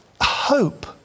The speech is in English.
hope